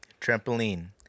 Trampoline